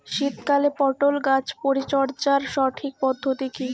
শীতকালে পটল গাছ পরিচর্যার সঠিক পদ্ধতি কী?